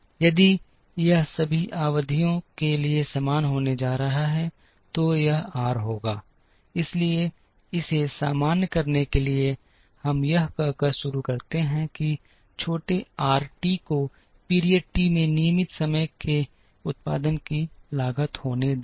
यदि यह सभी अवधियों के लिए समान होने जा रहा है तो यह आर होगा इसलिए इसे सामान्य करने के लिए हम यह कहकर शुरू करते हैं कि छोटे आरटी को पीरियड टी में नियमित समय के उत्पादन की लागत होने दें